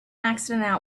accident